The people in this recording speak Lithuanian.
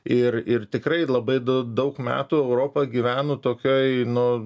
ir ir tikrai labai daug metų europa gyveno tokioj nu